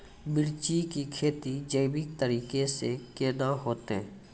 मिर्ची की खेती जैविक तरीका से के ना होते?